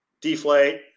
deflate